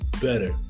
better